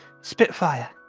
Spitfire